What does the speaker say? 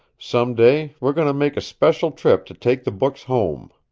some day we're going to make a special trip to take the books home.